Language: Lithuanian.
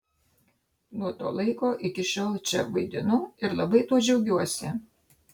nuo to laiko iki šiol čia vaidinu ir labai tuo džiaugiuosi